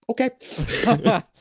okay